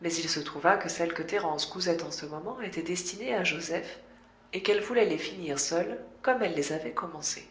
mais il se trouva que celles que thérence cousait en ce moment étaient destinées à joseph et qu'elle voulait les finir seule comme elle les avait commencées